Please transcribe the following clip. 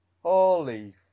Holy